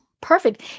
Perfect